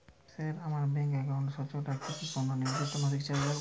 Sir আমার bank একাউন্টটি সচল রাখতে কি কোনো নির্দিষ্ট মাসিক চার্জ লাগবে?